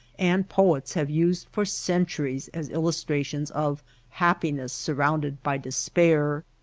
and poets have used for centuries as illustrations of happiness sur rounded by despair.